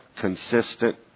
consistent